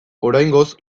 oraingoz